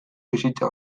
bizitza